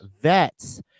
Vets